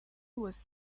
was